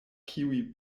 kiuj